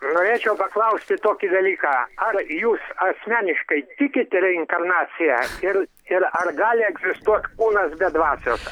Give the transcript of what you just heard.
norėčiau paklausti tokį dalyką ar jūs asmeniškai tikite reinkarnacija ir ir ar gali egzistuot kūnas be dvasios